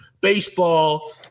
baseball